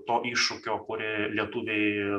to iššūkio kurį lietuviai